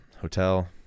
hotel